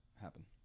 happen